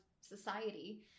society